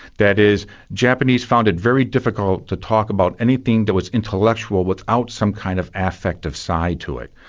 that is, japanese found it very difficult to talk about anything that was intellectual without some kind of affective side to it.